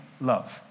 love